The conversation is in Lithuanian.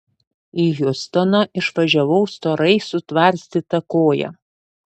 į hjustoną išvažiavau storai sutvarstyta koja